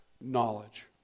knowledge